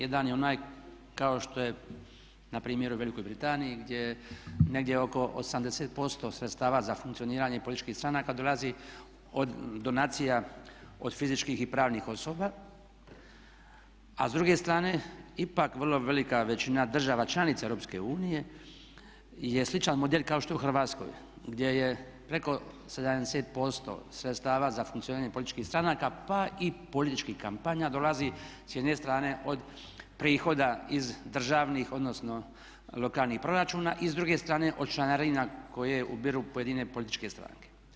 Jedan je onaj kao što je na primjer u Velikoj Britaniji, gdje negdje oko 80% sredstava za funkcioniranje političkih stranaka dolazi od donacija od fizičkih i pravnih osoba, a s druge strane ipak vrlo velika većina država članica EU je sličan model kao što je u Hrvatskoj gdje je preko 70% sredstava za funkcioniranje političkih stranaka pa i političkih kampanja dolazi s jedne strane od prihoda iz državnih odnosno lokalnih proračuna i s druge strane od članarina koje ubiru pojedine političke stranke.